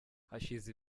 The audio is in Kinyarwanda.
hashize